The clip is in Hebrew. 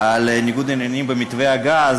על ניגוד עניינים במתווה הגז,